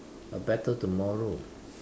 A Better Tomorrow